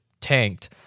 tanked